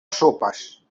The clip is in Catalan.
sopes